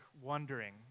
wondering